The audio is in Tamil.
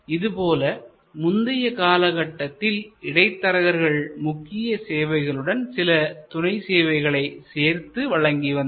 இதுபோல முந்தைய காலத்தில் இடைத்தரகர்கள் முக்கிய சேவைகளுடன் சில துணை சேவைகளை சேர்த்து வழங்கி வந்தனர்